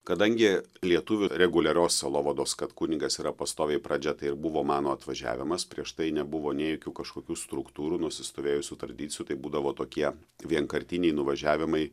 kadangi lietuvių reguliarios sielovados kad kunigas yra pastoviai pradžia tai ir buvo mano atvažiavimas prieš tai nebuvo nei jokių kažkokių struktūrų nusistovėjusių tradicijų tai būdavo tokie vienkartiniai nuvažiavimai